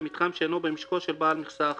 במתחם שאינו במשקו של בעל מכסה אחר,